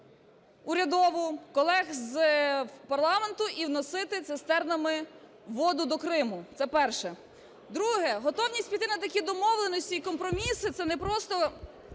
урядову, колег з парламенту і носити цистернами воду до Криму. Це перше. Друге. Готовність піти на такі домовленості і компроміси – це не просто